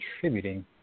contributing